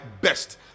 best